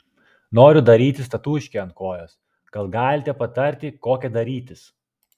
noriu darytis tatūškę ant kojos gal galite patarti kokią darytis